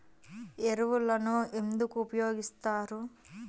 ఎరువులను ఎందుకు ఉపయోగిస్తారు?